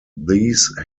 these